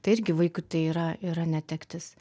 tai irgi vaikui tai yra yra netektis